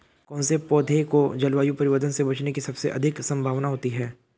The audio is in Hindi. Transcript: कौन से पौधे को जलवायु परिवर्तन से बचने की सबसे अधिक संभावना होती है?